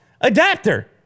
adapter